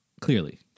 Clearly